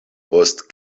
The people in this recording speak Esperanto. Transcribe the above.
post